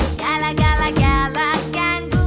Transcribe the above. gala. gala gala gang.